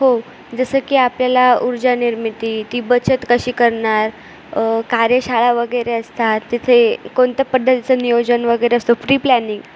हो जसं की आपल्याला ऊर्जानिर्मिती ती बचत कशी करणार कार्यशाळा वगैरे असतात तिथे कोणत्या पद्धतीचं नियोजन वगैरे असतं प्री प्लॅनिंग